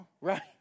right